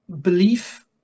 belief